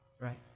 Right